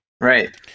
right